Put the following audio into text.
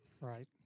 Right